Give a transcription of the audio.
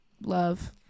Love